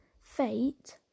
Fate